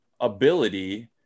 ability